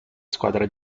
squadra